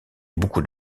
beaucoup